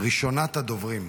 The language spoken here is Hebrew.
ראשונת הדוברים.